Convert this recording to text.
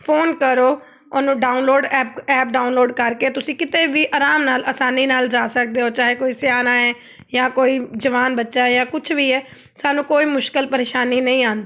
phone ਕਰੋ ਉਹਨੂੰ download app app download ਕਰਕੇ ਤੁਸੀਂ ਕਿਤੇ ਵੀ ਆਰਾਮ ਨਾਲ ਆਸਾਨੀ ਨਾਲ ਜਾ ਸਕਦੇ ਹੋ ਚਾਹੇ ਕੋਈ ਸਿਆਣਾ ਹੈ ਜਾਂ ਕੋਈ ਜਵਾਨ ਬੱਚਾ ਜਾਂ ਕੁਛ ਵੀ ਹੈ ਸਾਨੂੰ ਕੋਈ ਮੁਸ਼ਕਿਲ ਪਰੇਸ਼ਾਨੀ ਨਹੀਂ ਆਉਂਦੀ